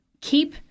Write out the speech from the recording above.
keep